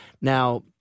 Now